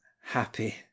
happy